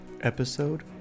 Episode